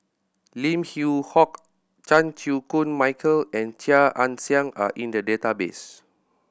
Lim Yew Hock Chan Chew Koon Michael and Chia Ann Siang are in the database